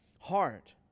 heart